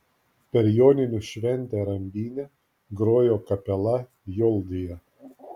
per joninių šventę rambyne grojo kapela joldija